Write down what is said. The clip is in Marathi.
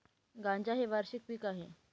गांजा हे वार्षिक पीक आहे